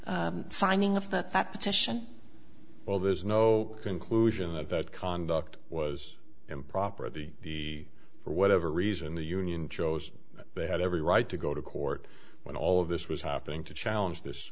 signing of that petition well there's no conclusion that that conduct was improper the the for whatever reason the union chose they had every right to go to court when all of this was happening to challenge this